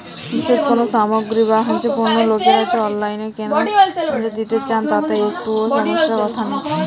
বিশেষ কোনো সামগ্রী বা পণ্য লোকেরা অনলাইনে কেন নিতে চান তাতে কি একটুও সমস্যার কথা নেই?